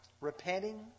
repenting